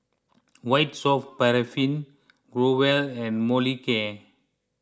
White Soft Paraffin Growell and Molicare